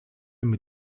mit